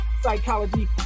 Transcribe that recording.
Psychology